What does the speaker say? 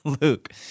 Luke